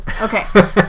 Okay